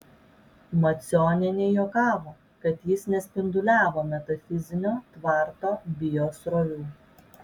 macionienė juokavo kad jis nespinduliavo metafizinio tvarto biosrovių